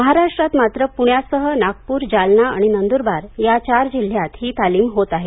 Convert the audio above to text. महाराष्ट्रात मात्र पुण्यासह नागपूर जालना आणि नंदूरबार या चार जिल्ह्यात ही तालीम होत आहे